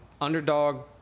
underdog